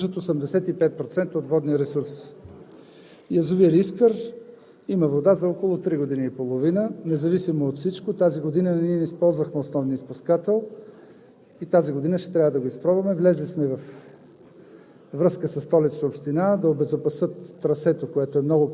Ще започна подред с язовирите – имаме 52, които съдържат 85% от водния ресурс. Язовир „Искър“ има вода за около три години и половина, но независимо от всичко тази година ние не използвахме основния изпускател и тази година ще трябва да го изпробваме. Влезли сме във